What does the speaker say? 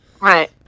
right